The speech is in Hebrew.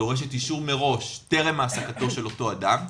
דורשת אישור מראש טרם העסקתו של אדם.